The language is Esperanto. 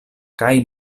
kaj